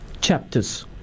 chapters